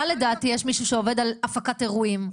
לדעתי יש מישהו שעובד על הפקת אירועים,